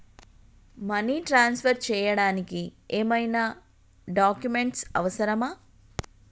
Money transfer చేయడానికి ఏమైనా documents అవసరమా?